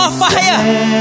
fire